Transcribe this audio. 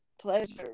pleasure